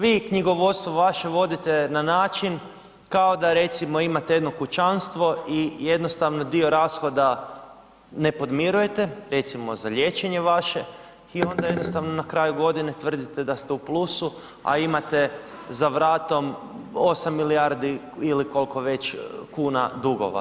Vi knjigovodstvo vaše vodite na način kao da recimo imate jedno kućanstvo i jednostavno dio rashoda ne podmirujete, recimo za liječenje vaše i onda jednostavno na kraju godine tvrdite da ste u plusu a imate za vratom 8 milijardi ili koliko već kuna dugova.